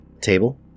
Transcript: table